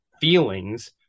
feelings